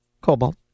Cobalt